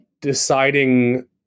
deciding